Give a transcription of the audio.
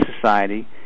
Society